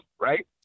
right